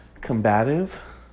combative